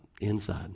inside